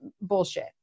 bullshit